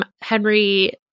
Henry